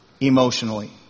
Emotionally